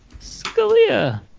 Scalia